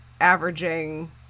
averaging